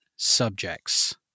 subjects